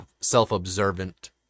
self-observant